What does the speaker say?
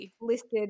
listed